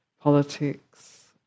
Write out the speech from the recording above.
politics